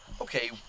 okay